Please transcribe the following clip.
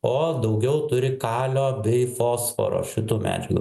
o daugiau turi kalio bei fosforo šitų medžiagų